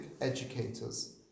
educators